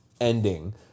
ending